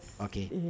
okay